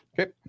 Okay